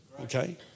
Okay